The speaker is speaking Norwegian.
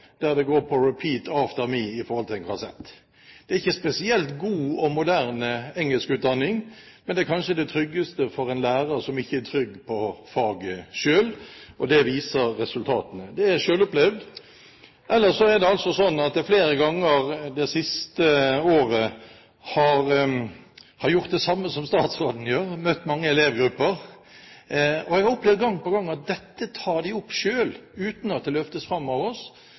der det går på «repeat after me». Det er ikke spesielt god og moderne engelskutdanning, men det er kanskje det tryggeste for en lærer som ikke er trygg på faget selv, og det viser resultatene. Det er selvopplevd. Ellers har jeg flere ganger det siste året gjort det samme som statsråden, nemlig møtt mange elevgrupper. Jeg har opplevd gang på gang at de tar opp dette selv, uten at det løftes fram av oss,